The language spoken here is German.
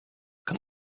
kann